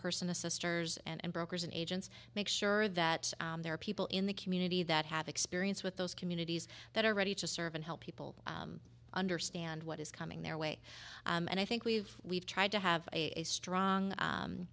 person to sisters and brokers and agents make sure that there are people in the community that have experience with those communities that are ready to serve and help people understand what is coming their way and i think we've we've tried to have a strong